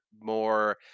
more